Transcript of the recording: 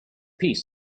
piece